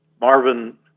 Marvin